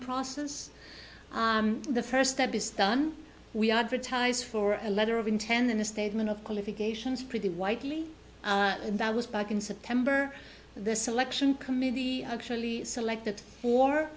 process the first step is done we advertise for a letter of intent in the statement of qualifications pretty widely and that was back in september the selection committee actually selected for